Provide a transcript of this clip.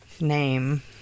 name